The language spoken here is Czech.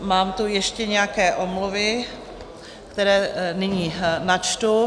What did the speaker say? Mám tu ještě nějaké omluvy, které nyní načtu.